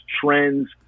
trends